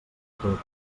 tot